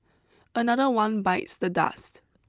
another one bites the dust